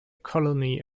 colony